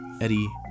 Eddie